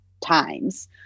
times